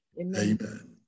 Amen